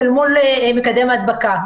אל מול מקדם ההדבקה.